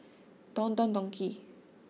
Don Don Donki